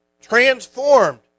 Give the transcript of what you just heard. transformed